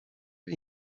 und